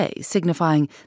signifying